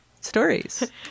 stories